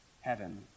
heaven